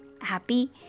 happy